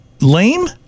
lame